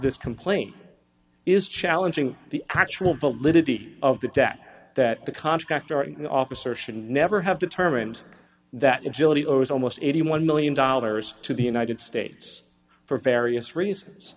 this complaint is challenging the actual validity of the data that the contract our officer should never have determined that until it was almost eighty one million dollars to the united states for various reasons